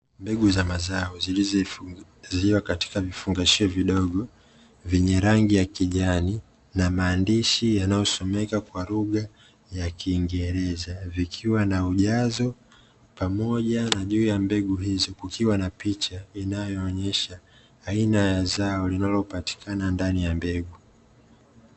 Mbegu za mazao zilizo hifadhiwa katika vifungashio vidogo vyenye rangi ya kijani na maandishi yanayo someka kwa ya kiingereza, vikiwa na ujazo pamoja juu ya mbegu hizo kukiwa na picha inayoonyesha, aina ya zao linalopatikana ndani ya mbegu.